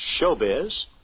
showbiz